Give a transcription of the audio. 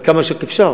כמה שרק אפשר.